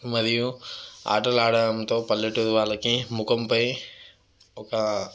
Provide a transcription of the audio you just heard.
మరియు ఆటలు ఆడడంతో పల్లెటూరి వాళ్ళకి ముఖంపై ఒక